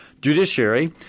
judiciary